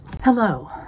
Hello